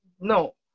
no